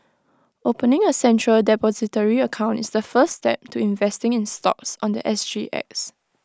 opening A central Depository account is the first step to investing in stocks on The S G X